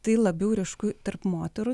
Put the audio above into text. tai labiau ryšku tarp moterų